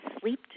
sleep